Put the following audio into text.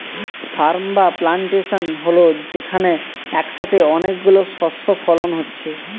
farm বা plantation হল যেখানে একসাথে অনেক গুলো শস্য ফলন হচ্ছে